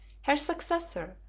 her successor,